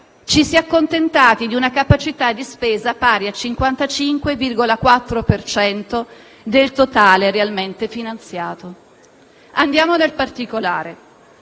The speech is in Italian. ci si è accontentati di una capacità di spesa pari al 55,4 per cento del totale realmente finanziato. Andiamo nel particolare: